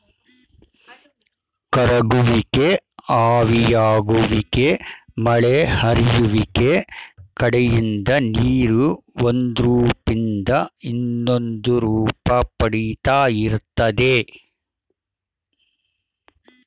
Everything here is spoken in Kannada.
ಕರಗುವಿಕೆ ಆವಿಯಾಗುವಿಕೆ ಮಳೆ ಹರಿಯುವಿಕೆ ಕಡೆಯಿಂದ ನೀರು ಒಂದುರೂಪ್ದಿಂದ ಇನ್ನೊಂದುರೂಪ ಪಡಿತಾ ಇರ್ತದೆ